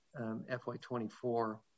FY24